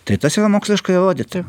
tai tas yra moksliškai įrodyta